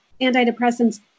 antidepressants